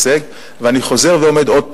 אני חוזר ואומר עוד פעם,